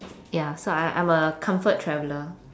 ya so I I'm a comfort traveller